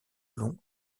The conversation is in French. long